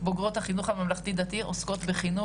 בוגרות החינוך הממלכתי-דתי עוסקות בחינוך.